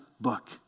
book